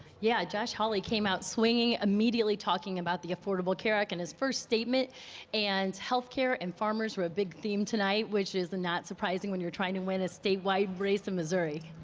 yeah, josh hawley came out swinging, immediately talking about the affordable care act and his first statement and healthcare and farmers were a big theme tonight, which is not surprising when you're trying to win a statewide race in missouri.